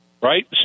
right